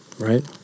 Right